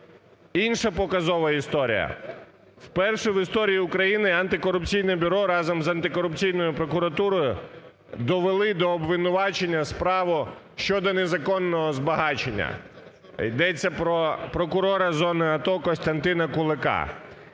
Інша показова історія. Вперше в історії України Антикорупційне бюро разом з Антикорупційною прокуратурою довели до обвинувачення справу щодо незаконного збагачення. Йдеться про прокурора з зони АТО Костянтина Кулика.